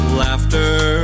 laughter